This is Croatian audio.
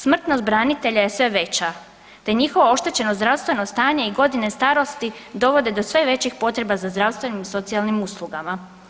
Smrtnost branitelja je sve veća, te njihovo oštećeno zdravstveno stanje i godine starosti dovode do sve većih potreba za zdravstvenim i socijalnim uslugama.